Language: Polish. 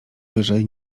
wyżej